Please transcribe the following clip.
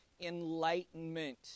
Enlightenment